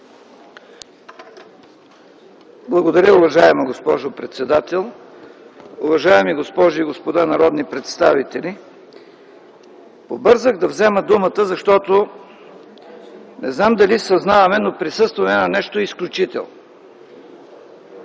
Благодаря, уважаема госпожо председател. Уважаеми госпожи и господа народни представители, побързах да взема думата, защото не знам дали съзнаваме, но присъстваме на нещо изключително.